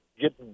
Get